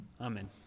Amen